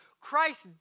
Christ